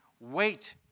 Wait